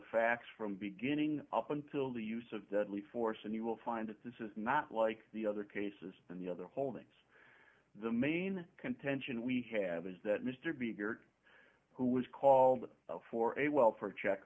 facts from beginning up until the use of deadly force and you will find that this is not like the other cases in the other holdings the main contention we have is that mr bieger who was called for a welfare check